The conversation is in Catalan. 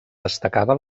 destacava